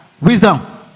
wisdom